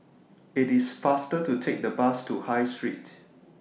IT IS faster to Take The Bus to High Street